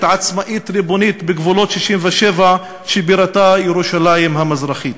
עצמאית ריבונית בגבולות 67' שבירתה ירושלים המזרחית.